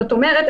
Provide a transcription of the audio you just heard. זאת אומרת,